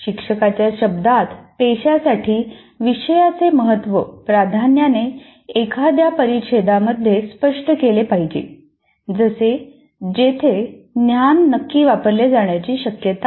शिक्षकाच्या शब्दांत पेशासाठी विषयाचे महत्त्व प्राधान्याने एखाद्या परिच्छेदामध्ये स्पष्ट केले पाहिजे जसे जेथे हे ज्ञान नक्की वापरले जाण्याची शक्यता आहे